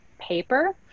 paper